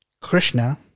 Krishna